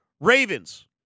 Ravens